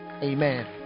Amen